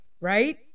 right